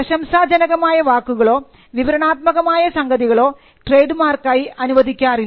പ്രശംസാജനകമായ വാക്കുകളോ വിവരണാത്മകമായ സംഗതികളോ ട്രേഡ് മാർക്കായി അനുവദിക്കാറില്ല